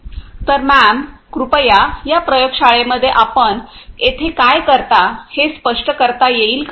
तर मॅम कृपया या प्रयोगशाळेमध्ये आपण येथे काय करता हे स्पष्ट करता येईल का